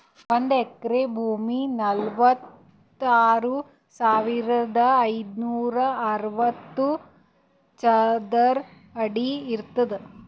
ಒಂದ್ ಎಕರಿ ಭೂಮಿ ನಲವತ್ಮೂರು ಸಾವಿರದ ಐನೂರ ಅರವತ್ತು ಚದರ ಅಡಿ ಇರ್ತದ